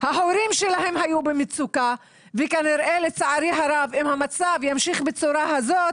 ההורים שלהם היו במצוקה וכנראה לצערי הרב אם המצב ימשיך בצורה הזאת,